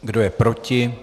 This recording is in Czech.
Kdo je proti?